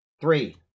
Three